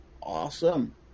awesome